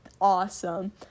awesome